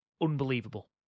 unbelievable